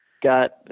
got